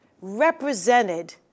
represented